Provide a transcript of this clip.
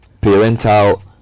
parental